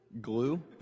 Glue